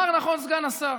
אמר נכון סגן השר: